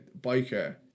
biker